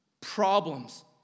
problems